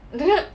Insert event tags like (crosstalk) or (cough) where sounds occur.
(laughs)